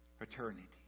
eternity